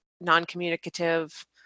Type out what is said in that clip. non-communicative